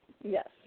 Yes